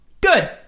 good